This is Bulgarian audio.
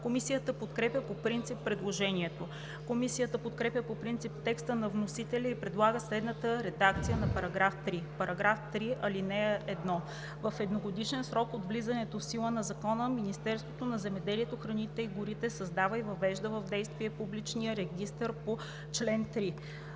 Комисията подкрепя по принцип предложението. Комисията подкрепя по принцип текста на вносителя и предлага следната редакция на § 3: „§ 3. (1) В едногодишен срок от влизането в сила на закона Министерството на земеделието, храните и горите създава и въвежда в действие публичния регистър по чл. 3.